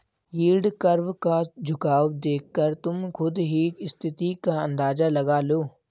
yield curve का झुकाव देखकर तुम खुद ही स्थिति का अंदाजा लगा लो